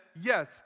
yes